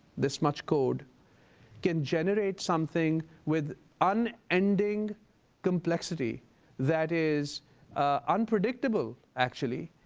this much code can generate something with un-ending complexity that is unpredictable, actually,